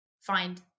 find